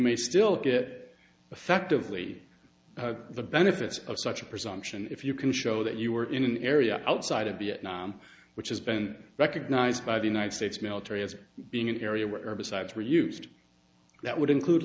may still get effectively the benefits of such a presumption if you can show that you were in an area outside of vietnam which has been recognized by the united states military as being an area where herbicides were used that would include